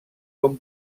com